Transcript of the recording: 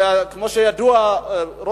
כמו שידוע,